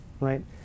right